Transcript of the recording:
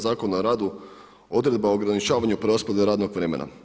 Zakona o radu odredba ograničavanja preraspodjele radnog vremena.